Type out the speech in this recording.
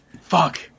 Fuck